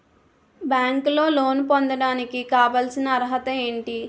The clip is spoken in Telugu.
బ్యాంకులో లోన్ పొందడానికి కావాల్సిన అర్హత ఏంటి?